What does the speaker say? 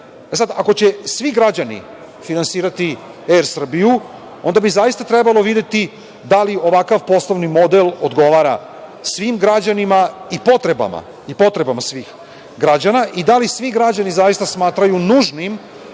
ako će svi građani finansirati "Er Srbiju", onda bi zaista trebalo videti da li ovakav poslovni model odgovara svim građanima i potrebama svih građana i da li svi građani zaista smatraju nužnim